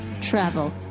travel